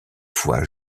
fois